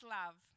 love